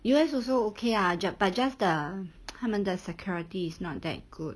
U_S also okay ah ju~ but just the 他们的 security is not that good